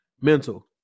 Mental